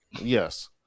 Yes